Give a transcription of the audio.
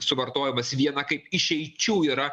suvartojimas viena kaip išeičių yra